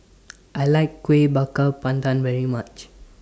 I like Kuih Bakar Pandan very much